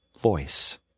voice